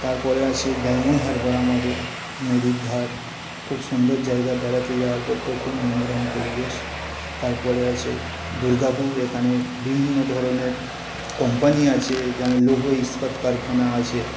তারপরে আছে ডায়মণ্ড হারবার আমাদের নদীর ধার খুব সুন্দর জায়গা বেড়াতে যাওয়ার পক্ষেও খুব মনোরম পরিবেশ তারপরে আছে দুর্গাপুর এখানে বিভিন্ন ধরনের কোম্পানি আছে যেমন লৌহ ইস্পাত কারখানা আছে